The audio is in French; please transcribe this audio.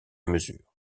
mesure